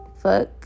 fuck